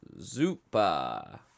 Zupa